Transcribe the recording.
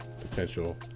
potential